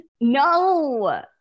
no